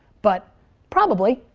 but probably,